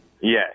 Yes